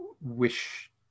wish